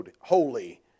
holy